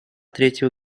третьего